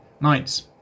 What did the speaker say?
nights